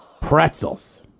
Pretzels